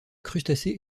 crustacés